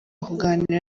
kuganira